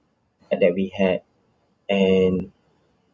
that we had and